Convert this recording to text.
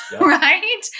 Right